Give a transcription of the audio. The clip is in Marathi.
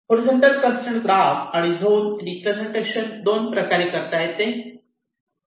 हॉरीझॉन्टल कंसट्रेन ग्राफ आणि झोन रिप्रेझेंटेशन दोन प्रकारे करता येते